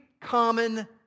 common